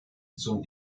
zum